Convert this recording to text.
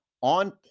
on